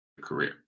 career